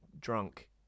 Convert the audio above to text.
drunk